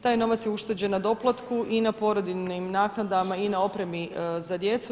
Taj novac je ušteđen na doplatku i na porodiljinim naknadama i na opremi za djecu.